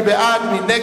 מי בעד?